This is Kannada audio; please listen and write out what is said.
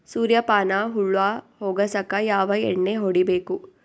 ಸುರ್ಯಪಾನ ಹುಳ ಹೊಗಸಕ ಯಾವ ಎಣ್ಣೆ ಹೊಡಿಬೇಕು?